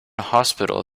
hospital